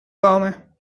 komen